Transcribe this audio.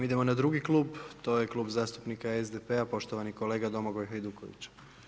Idemo na drugi klub, to je Klub zastupnika SDP-a, poštovani kolega Domagoj Hajduković.